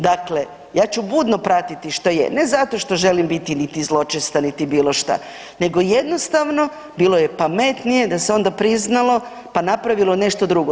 Dakle, ja ću budno pratiti što je, ne zato što želim niti zločesta niti bilo šta nego jednostavno, bilo je pametnije da se onda priznalo pa napravilo nešto drugo.